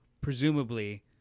presumably